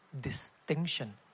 distinction